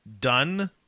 done